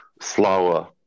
slower